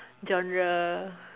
genre